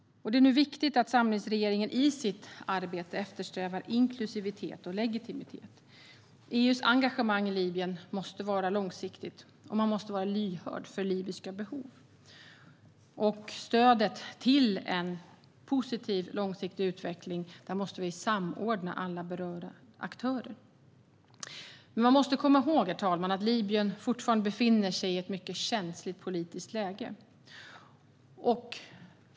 Det är nu viktigt att samlingsregeringen i sitt arbete eftersträvar inklusivitet och legitimitet. EU:s engagemang i Libyen måste vara långsiktigt, och man måste vara lyhörd för libyska behov. För att stödja en positiv långsiktig utveckling måste vi samordna alla berörda aktörer. Man måste komma ihåg, herr talman, att Libyen fortfarande befinner sig i ett mycket känsligt politiskt läge.